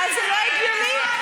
תודה רבה.